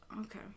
Okay